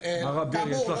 מר אביר, יש לכם תשובה לזה?